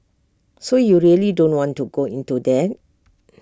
so you really don't want to go into that